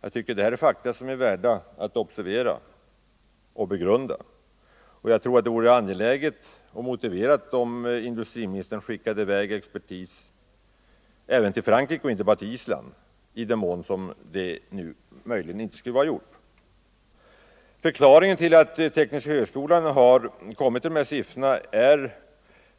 Jag tycker detta är fakta som är värda att observera och begrunda. Det vore angeläget och motiverat att industriministern skickade Nr 138 i väg expertis även till Frankrike och inte bara till Island, i den mån Måndagen den det möjligen inte är gjort. 9:december 1974 Förklaringen till att Tekniska högskolan har kommit till dessa siffror är